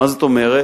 מה זאת אומרת?